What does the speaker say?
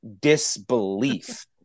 disbelief